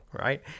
right